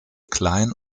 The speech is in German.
klein